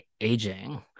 aging